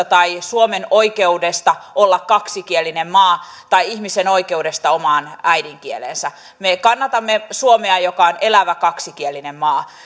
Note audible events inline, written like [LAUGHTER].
[UNINTELLIGIBLE] tai suomen oikeudesta olla kaksikielinen maa tai ihmisen oikeudesta omaan äidinkieleensä me kannatamme suomea joka on elävä kaksikielinen maa